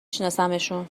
شناسمشون